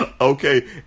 Okay